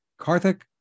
Karthik